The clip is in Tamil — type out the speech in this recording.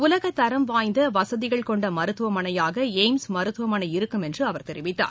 உலகத்தரம் வாய்ந்த வசதிகள் கொண்ட மருத்துவமனையாக எயிம்ஸ் மருத்துவமனை இருக்கும் என்று அவர் தெரிவித்தார்